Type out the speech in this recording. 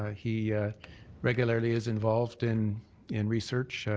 he regularly is involved in in research.